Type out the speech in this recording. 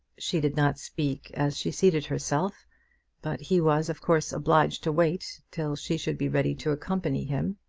she did not speak as she seated herself but he was of course obliged to wait till she should be ready to accompany him.